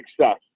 success